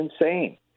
insane